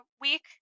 week